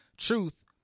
Truth